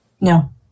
No